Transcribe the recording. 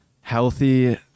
Healthy